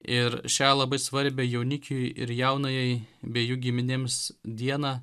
ir šią labai svarbią jaunikiui ir jaunajai bei jų giminėms dieną